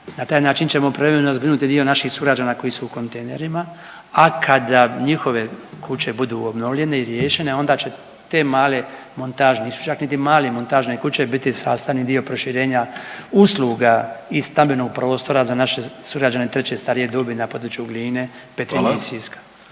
Na taj način ćemo privremeno zbrinuti dio naših sugrađana koji su u kontejnerima, a kada njihove kuće budu obnovljene i riješene onda će te male montažne, nisu čak niti male, montažne kuće biti sastavni dio proširenja usluga i stambenog prostora za naše sugrađane treće starije dobi na području Gline, Petrinje i Siska.